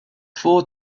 två